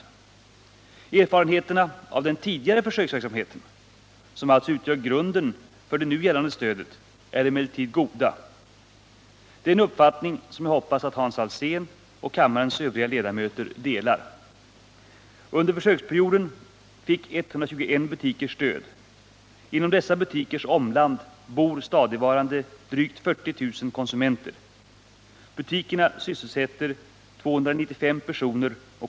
Erfarenheterna av den tidigare försöksverksamheten — som alltså utgör grunden för det nu gällande stödet — är emellertid goda. Det är en uppfattning som jag hoppas att Hans Alsén och kammarens övriga ledamöter delar. Under försöksperioden fick 121 butiker stöd. Inom dessa butikers omland bor stadigvarande drygt 40 000 konsumenter. Butikerna sysselsätter 295 personer.